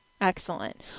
Excellent